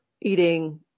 eating